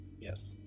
Yes